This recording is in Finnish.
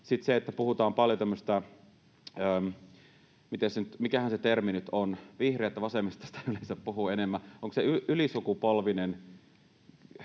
puhutaan paljon tämmöisestä — mikähän se termi nyt on, vihreät ja vasemmisto siitä yleensä puhuvat enemmän. Onko se ”ylisukupolvinen